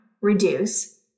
reduce